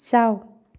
ꯆꯥꯎ